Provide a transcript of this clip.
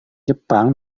jepang